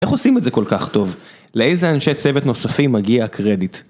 איך עושים את זה כל כך טוב? לאיזה אנשי צוות נוספים מגיע הקרדיט?